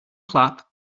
clap